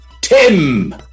Tim